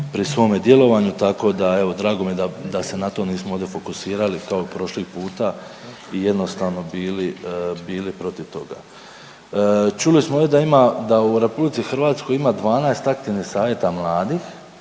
pri svome djelovanju, tako da evo, drago mi je da se na tom nismo ovdje fokusirali kao prošli puta i jednostavno bili, bili protiv toga. Čuli smo ovdje da ima, da u RH ima 12 aktivnih savjeta mladih,